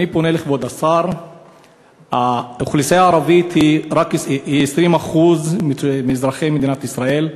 אני פונה לכבוד השר: האוכלוסייה הערבית היא 20% מאזרחי מדינת ישראל,